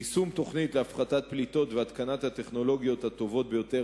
יישום תוכנית להפחתת פליטות והתקנת הטכנולוגיות הטובות ביותר